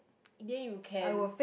in the end you can